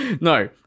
No